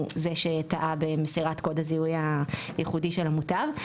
זה שטעה במסירת קוד הזיהוי הייחודי של המוטב.